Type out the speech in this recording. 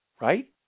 right